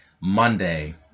Monday